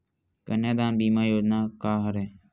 कन्यादान बीमा योजना का हरय?